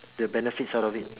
the benefits out of it